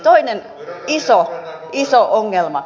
toinen iso ongelma